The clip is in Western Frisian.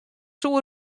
soe